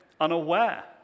unaware